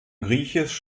griechisch